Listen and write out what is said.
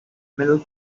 middle